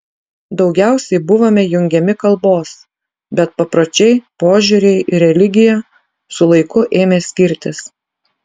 daugiausiai buvome jungiami kalbos bet papročiai požiūriai ir religija su laiku ėmė skirtis